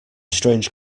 strange